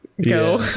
go